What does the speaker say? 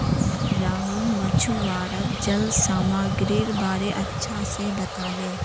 राहुल मछुवाराक जल सामागीरीर बारे अच्छा से बताले